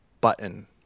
button